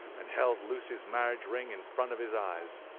and held lucy's marriage ring in front of his eyes.